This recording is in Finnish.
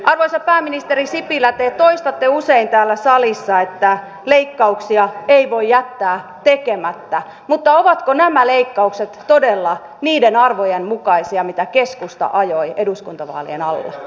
arvoisa pääministeri sipilä te toistatte usein täällä salissa että leikkauksia ei voi jättää tekemättä mutta ovatko nämä leikkaukset todella niiden arvojen mukaisia mitä keskusta ajoi eduskuntavaalien alla